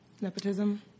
nepotism